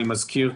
אני מזכיר,